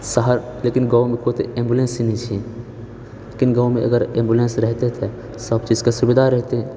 शहर लेकिन गाँव एम्बुलेंस ही नहि छै लेकिन गाँवमे अगर एम्बुलेंस रहितै तऽ सब चीज कऽ सुविधा रहितै